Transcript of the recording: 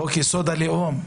חוק יסוד: הלאום,